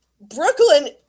Brooklyn